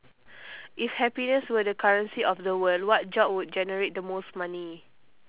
if happiness were the currency of the world what job would generate the most money